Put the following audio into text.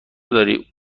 داری